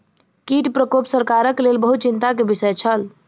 कीट प्रकोप सरकारक लेल बहुत चिंता के विषय छल